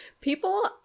people